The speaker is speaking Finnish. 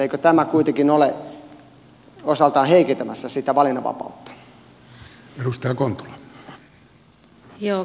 eikö tämä kuitenkin ole osaltaan heikentämässä sitä valinnanvapautta